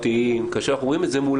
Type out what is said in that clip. חברתיים כאשר אנחנו רואים את זה מול